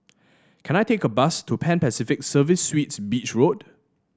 can I take a bus to Pan Pacific Serviced Suites Beach Road